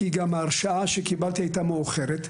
ההרשאה שקיבלתי הייתה מאוחרת,